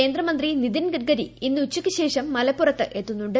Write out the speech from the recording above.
കേന്ദ്രമന്ത്രി നിതിൻ ഗഡ്കരി ഇന്ന് ഉച്ചയ്ക്ക് ശേഷം മലപ്പുറത്ത് എത്തുന്നുണ്ട്